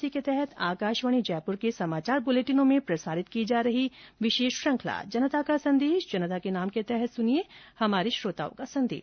इसी के तहत आकाशवाणी जयपुर के समाचार बुलेटिनों में प्रसारित की जा रही विशेष श्रुखंला जनता का संदेश जनता के नाम के तहत सुनिये हमारे श्रोताओं का संदेश